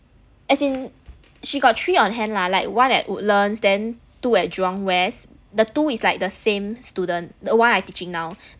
as in she got three on hand lah like one at woodlands then two at jurong west the two is like the same student that one I teaching now